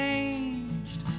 Changed